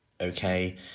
okay